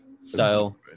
style